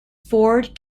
ford